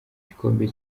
gikombe